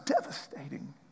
devastating